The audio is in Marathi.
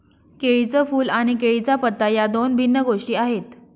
केळीचे फूल आणि केळीचा पत्ता या दोन भिन्न गोष्टी आहेत